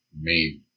made